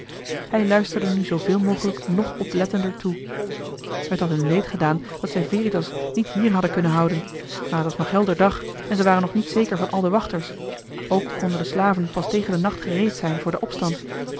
hij luisterde nu zooveel mogelijk nog oplettender toe het had hun leed gedaan dat zij veritas niet hier hadden kunnen houden maar t was nog helder dag en zij waren nog niet zeker van al de wachters ook konden de slaven pas tegen den nacht gereed zijn voor den opstand